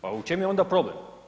Pa u čemu je onda problem?